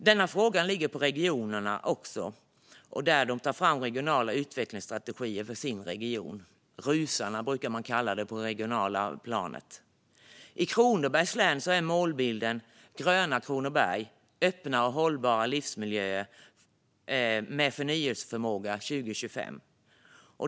Denna fråga ligger också på regionerna. De tar fram regionala utvecklingsstrategier för sina regioner, RUS:ar som de brukar kallas på det regionala planet. I Kronobergs län är målbilden Gröna Kronoberg - öppna och hållbara livsmiljöer med förnyelseförmåga 2025.